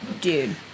Dude